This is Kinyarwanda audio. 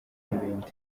n’ibindi